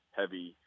heavy